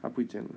他不会这样的